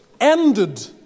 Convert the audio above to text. ended